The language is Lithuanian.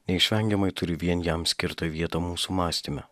neišvengiamai turi vien jam skirtą vietą mūsų mąstyme